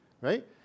right